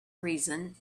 reason